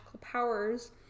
powers